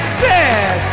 sad